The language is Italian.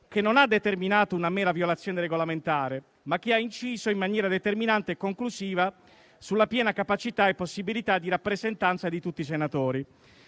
che non ha determinato una mera violazione regolamentare, ma che ha inciso in maniera determinante e conclusiva sulla piena capacità e possibilità di rappresentanza di tutti i Senatori.